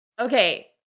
Okay